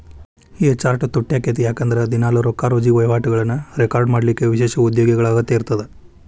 A chart ತುಟ್ಯಾಕ್ಕೇತಿ ಯಾಕಂದ್ರ ದಿನಾಲೂ ರೊಕ್ಕಾರುಜಿ ವಹಿವಾಟುಗಳನ್ನ ರೆಕಾರ್ಡ್ ಮಾಡಲಿಕ್ಕ ವಿಶೇಷ ಉದ್ಯೋಗಿಗಳ ಅಗತ್ಯ ಇರ್ತದ